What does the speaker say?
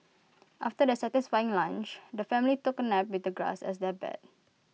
after their satisfying lunch the family took A nap with the grass as their bed